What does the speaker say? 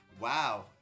wow